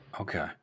Okay